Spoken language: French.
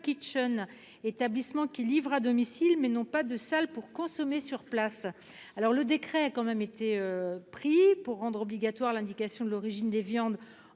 établissements qui livrent à domicile, mais n'ont pas de salle pour consommer sur place. Un décret a bel et bien été pris pour rendre obligatoire l'indication de l'origine des viandes en